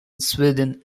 sweden